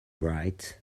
bright